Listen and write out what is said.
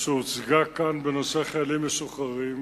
שהוצגה כאן בנושא חיילים משוחררים